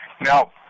Now